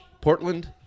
Portland